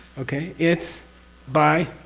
okay? it's by